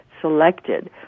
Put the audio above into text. selected